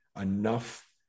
enough